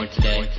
today